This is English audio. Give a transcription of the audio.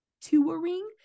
Touring